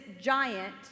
giant